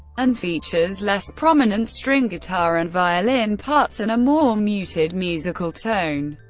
and features less prominent string guitar and violin parts and a more muted musical tone.